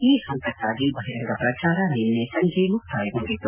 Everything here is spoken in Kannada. ಈ ಹಂತಕ್ಕಾಗಿ ಬಹಿರಂಗ ಪ್ರಚಾರ ನಿನ್ನೆ ಸಂಜೆ ಮುಕ್ತಾಯಗೊಂಡಿತ್ತು